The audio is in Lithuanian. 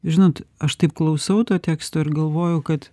žinot aš taip klausau to teksto ir galvoju kad